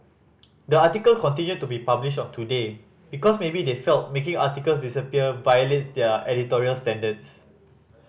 the article continued to be published on Today because maybe they felt making articles disappear violates their editorial standards